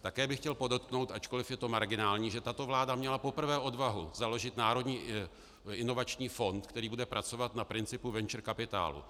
Také bych chtěl podotknout, ačkoliv je to marginální, že tato vláda měla poprvé odvahu založit Národní inovační fond, který bude pracovat na principu venture kapitálu.